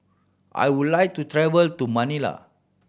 I would like to travel to Manila